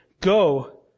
Go